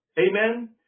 Amen